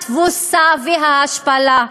התבוסה וההשפלה.